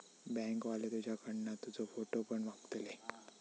bank वाले तुझ्याकडना तुजो फोटो पण मागतले